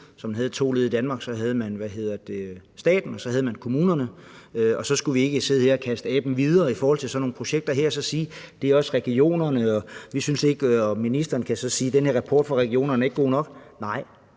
så man havde to led i Danmark – man havde staten, og så havde man kommunerne; og så skulle vi ikke sidde her og kaste aben videre i forhold til sådan nogle projekter her og sige: Det er også regionerne osv. Og ministeren kunne så sige: Den her rapport fra regionerne er ikke god nok. Nej,